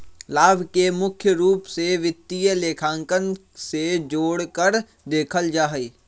लाभ के मुख्य रूप से वित्तीय लेखांकन से जोडकर देखल जा हई